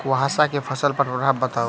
कुहासा केँ फसल पर प्रभाव बताउ?